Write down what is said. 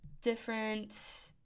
different